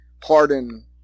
pardon